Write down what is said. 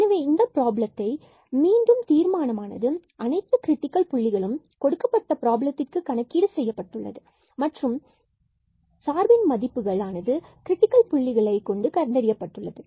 எனவே இந்தப் பிராபலத்தில் மீண்டும் தீர்மானமானது அனைத்து கிரிடிக்கல் புள்ளிகளும் கொடுக்கப்பட்ட பிராபலத்திற்கு கணக்கீடு செய்யப்பட்டுள்ளது மற்றும் பின்பு சார்பில் மதிப்புகள் ஆனது இந்த கிரிட்டிக்கல் புள்ளிகளில் கண்டறியப்பட்டுள்ளது